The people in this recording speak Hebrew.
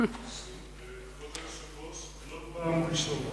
אדוני היושב-ראש, זה לא פעם ראשונה.